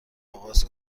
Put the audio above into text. آغاز